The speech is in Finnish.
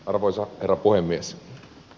arvoisa herra puhemies